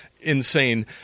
insane